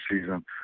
season